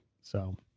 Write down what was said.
So-